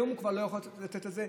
היום הוא כבר לא יכול לתת את זה.